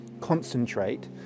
concentrate